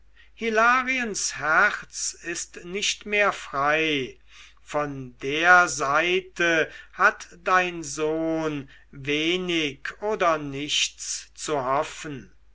hilariens herz ist nicht mehr frei von der seite hat dein sohn wenig oder nichts zu hoffen